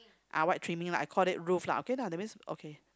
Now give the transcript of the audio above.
ah white trimming lah I called it roof lah okay lah that means okay